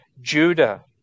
Judah